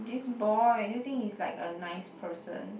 this boy do you think he's like a nice person